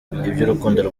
iby’urukundo